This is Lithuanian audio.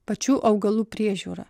pačių augalų priežiūra